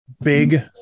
big